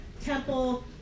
temple